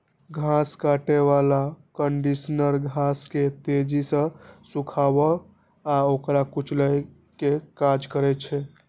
घास काटै बला कंडीशनर घास के तेजी सं सुखाबै आ ओकरा कुचलै के काज करै छै